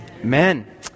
Amen